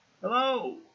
Hello